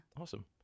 Awesome